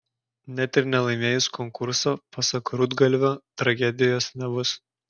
net ir nelaimėjus konkurso pasak rudgalvio tragedijos nebus